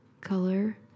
color